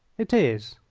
it is.